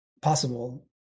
possible